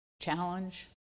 challenge